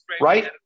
right